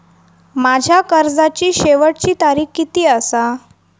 माझ्या कर्जाची शेवटची तारीख किती आसा?